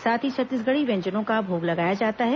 साथ ही छत्तीसगढ़ी व्यंजनों का भोग लगाया जाता है